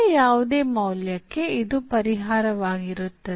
C ಯ ಯಾವುದೇ ಮೌಲ್ಯಕ್ಕೆ ಇದು ಪರಿಹಾರವಾಗಿರುತ್ತದೆ